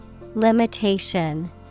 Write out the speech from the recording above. Limitation